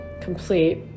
complete